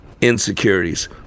insecurities